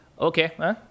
Okay